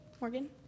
Morgan